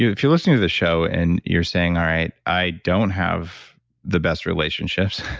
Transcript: if you're listening to this show and you're saying, all right, i don't have the best relationships.